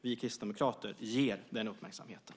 Vi kristdemokrater ger den uppmärksamheten.